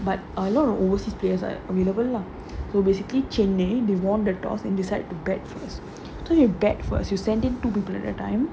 but a lot of overseas players are available lah so basically chennai they won the toss and they decide to bat first so you bat first they send it to two people at a time